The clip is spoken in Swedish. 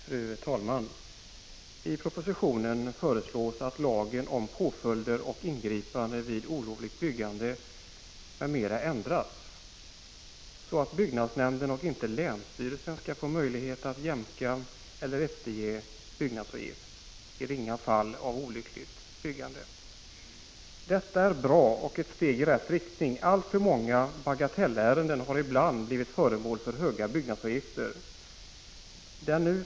Fru talman! I propositionen föreslås att lagen om påföljder och ingripanden vid olovligt byggande ändras så att byggnadsnämnden och inte länsstyrelsen skall få möjlighet att jämka eller efterge byggnadsavgift i ringa fall av olovligt byggande. Detta är bra och ett steg i rätt riktning. Alltför många bagatellärenden har ibland blivit föremål för höga byggnadsavgifter.